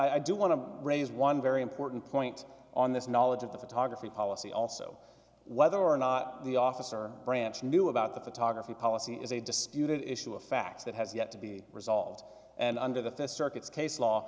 and i do want to raise one very important point on this knowledge of the photography policy also whether or not the officer branch knew about the photography policy is a disputed issue of facts that has yet to be resolved and under the fence circuits case law